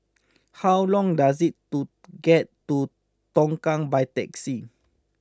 how long does it to get to Tongkang by taxi